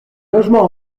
logements